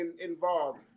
involved